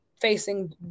facing